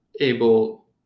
able